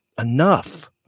enough